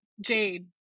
jade